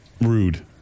Rude